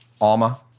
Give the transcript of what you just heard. Alma